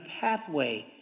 pathway